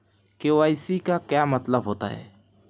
KYC का क्या मतलब होता है?